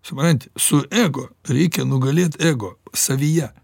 supranti su ego reikia nugalėt ego savyje